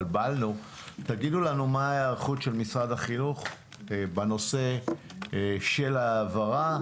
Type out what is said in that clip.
תגידו לנו מה ההיערכות של משרד החינוך בנושא של העברה.